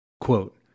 Quote